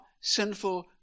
sinful